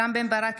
רם בן ברק,